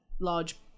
large